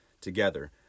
together